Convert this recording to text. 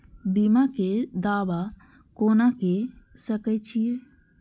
बीमा के दावा कोना के सके छिऐ?